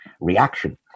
reaction